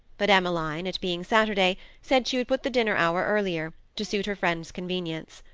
but emmeline, it being saturday, said she would put the dinner-hour earlier, to suit her friend's convenience.